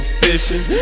fishing